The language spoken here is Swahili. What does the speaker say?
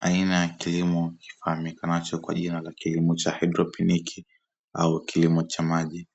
Aina ya kilimo kifahamikanacho kwa jina la kilimo cha haidroponi au kilimo cha maji,